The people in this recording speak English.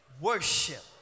worship